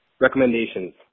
recommendations